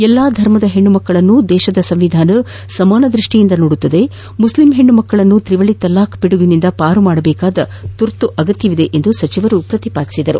ಎಲ್ಲಾ ಧರ್ಮದ ಹೆಣ್ಣು ಮಕ್ಕಳನ್ನು ದೇಶದ ಸಂವಿಧಾನ ಸಮಾನ ದೃಷ್ಟಿಯಿಂದ ನೋಡುತ್ತದೆ ಮುಸ್ಲಿಂ ಹೆಣ್ಣು ಮಕ್ಕಳನ್ನು ತ್ರಿವಳಿ ತಲಾಖ್ ಪಿಡುಗಿನಿಂದ ಪಾರು ಮಾಡಬೇಕಾದ ತುರ್ತು ಅಗತ್ಯವಿದೆ ಎಂದು ಸಚಿವರು ಪ್ರತಿಪಾದಿಸಿದರು